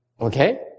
Okay